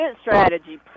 strategy